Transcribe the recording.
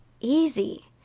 Easy